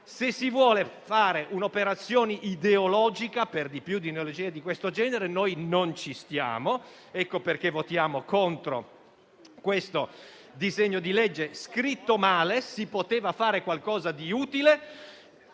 se si vuole fare un'operazione ideologica, per di più di ideologie di questo genere, noi non ci stiamo. Ecco perché votiamo contro questo disegno di legge scritto male. Si poteva fare qualcosa di utile.